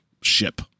ship